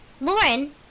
Lauren